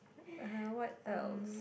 uh what else